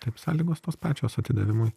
taip sąlygos tos pačios atidavimui